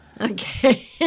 Okay